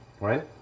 right